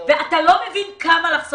אתה לא מבין כמה אפשר לחסוך.